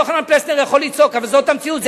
יוחנן פלסנר יכול לצעוק, אבל זאת המציאות.